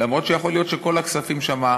אף שיכול להיות שכל הכספים שם,